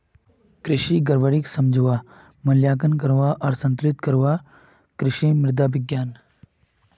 कृषि गड़बड़ीक समझवा, मूल्यांकन करवा आर संतुलित करवार त न इस्तमाल करवार कृषि मृदा विज्ञान